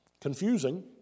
Confusing